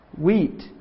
wheat